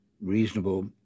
reasonable